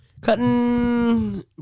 cutting